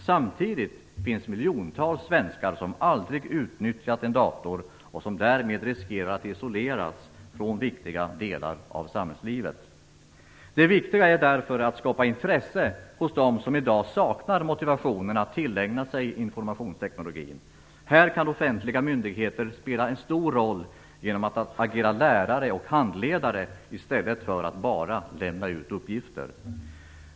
Samtidigt finns miljontals svenskar som aldrig utnyttjat en dator och som därmed riskerar att isoleras från viktiga delar av samhällslivet. Det viktiga är därför att skapa intresse hos dem som i dag saknar motivationen att tillägna sig informationstekniken. Här kan offentliga myndigheter spela en stor roll genom att agera lärare och handledare i stället för att bara lämna ut uppgifter.